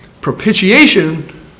Propitiation